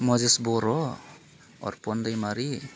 मजेस बर' अरफन दैमारि